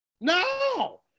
No